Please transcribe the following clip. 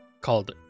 called